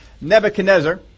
Nebuchadnezzar